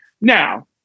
Now